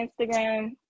Instagram